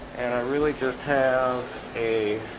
and i really just have a